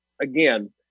again